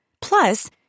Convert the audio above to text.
Plus